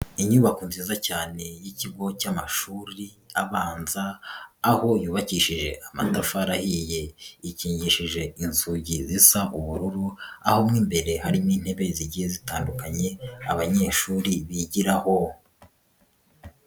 Inyubako nziza cyane y'ikigo cy'amashuri abanza aho yubakishije amatafari ahiye, ikingishije inzubyi zisa ubururu, aho mo imbere hari n'intebe zigiye zitandukanye abanyeshuri bigiraho.